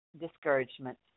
discouragement